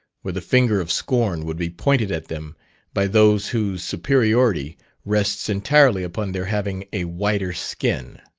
where the finger of scorn would be pointed at them by those whose superiority rests entirely upon their having a whiter skin.